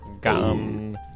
gum